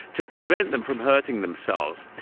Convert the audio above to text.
to prevent them from hurting themselves.